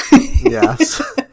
Yes